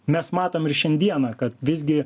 mes matom ir šiandieną kad visgi